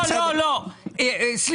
לא, לא, לא, סליחה.